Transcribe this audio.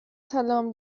سلام